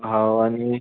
हो आणि